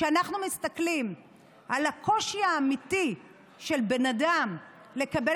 כשאנחנו מסתכלים על הקושי האמיתי של בן אדם לקבל